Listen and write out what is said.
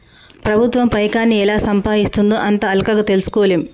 ప్రభుత్వం పైకాన్ని ఎలా సంపాయిస్తుందో అంత అల్కగ తెల్సుకోలేం